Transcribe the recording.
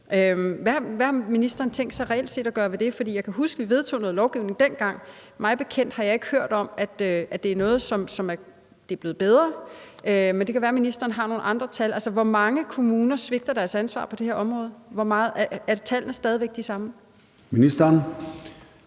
Hvad har ministeren tænkt sig reelt set at gøre ved det? For jeg kan huske, at vi vedtog noget lovgivning dengang. Mig bekendt har jeg ikke hørt om, at det er noget, som er blevet bedre. Men det kan være, at ministeren har nogle andre tal. Altså, hvor mange kommuner svigter deres ansvar på det her område? Er tallene stadig væk de samme? Kl.